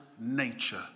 nature